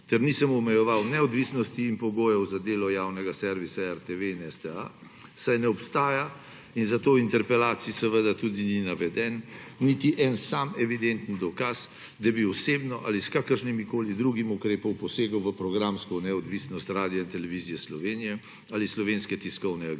ter nisem omejeval neodvisnosti in pogojev za delo javnega servisa RTV in STA, saj ne obstaja in zato v interpelaciji seveda tudi ni naveden niti en sam evidentni dokaz, da bi osebno ali s kakršnimkoli drugim ukrepom posegel v programsko neodvisnost Radiotelevizije Slovenije ali Slovenske tiskovne agencije.